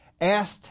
asked